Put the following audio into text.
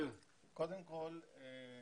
קודם כל עם